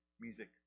music